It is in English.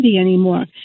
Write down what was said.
anymore